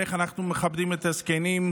ואיך אנחנו מכבדים את הזקנים.